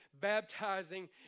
baptizing